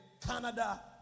Canada